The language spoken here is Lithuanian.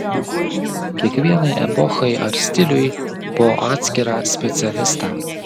kiekvienai epochai ar stiliui po atskirą specialistą